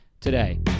today